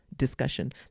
discussion